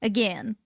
Again